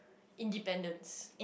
independence